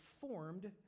formed